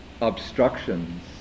obstructions